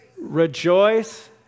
Rejoice